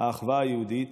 האחווה היהודית.